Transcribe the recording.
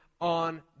on